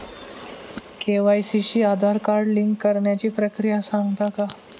KYC शी Aadhaar card link करण्याची प्रक्रिया सांगता का?